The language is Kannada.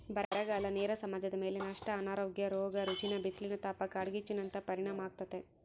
ಬರಗಾಲ ನೇರ ಸಮಾಜದಮೇಲೆ ನಷ್ಟ ಅನಾರೋಗ್ಯ ರೋಗ ರುಜಿನ ಬಿಸಿಲಿನತಾಪ ಕಾಡ್ಗಿಚ್ಚು ನಂತಹ ಪರಿಣಾಮಾಗ್ತತೆ